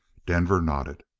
denver nodded.